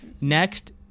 Next